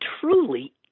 truly